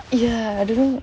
ya I didn't